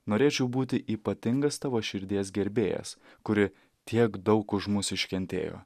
norėčiau būti ypatingas tavo širdies gerbėjas kuri tiek daug už mus iškentėjo